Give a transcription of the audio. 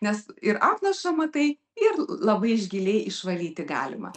nes ir apnašą matai ir labai iš giliai išvalyti galima